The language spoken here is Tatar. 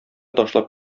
ташлап